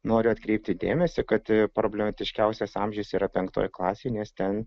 noriu atkreipti dėmesį kad problematiškiausias amžius yra penktoj klasėj nes ten